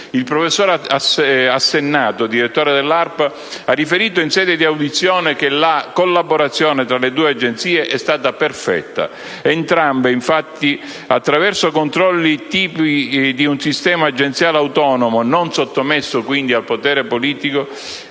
Il professor Assennato, direttore dell'ARPA, ha riferito in sede di audizione che la collaborazione tra le due agenzie è stata perfetta. Entrambe infatti attraverso controlli tipici di un sistema agenziale autonomo, non sottomesso quindi al potere politico